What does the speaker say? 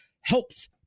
helps